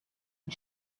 and